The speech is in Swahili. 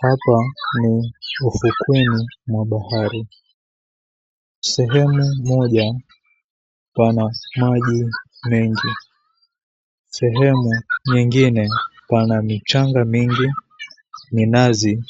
Hapa ni ufukweni mwa bahari, sehemu moja pana maji mengi, sehemu nyingine pana michanga mingi, minazi